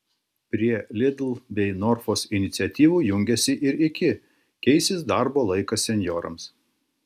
prie lidl bei norfos iniciatyvų jungiasi ir iki keisis darbo laikas senjorams